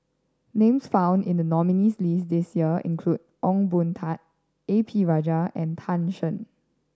names found in the nominees' list this year include Ong Boon Tat A P Rajah and Tan Shen